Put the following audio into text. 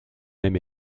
même